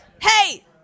Hey